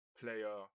player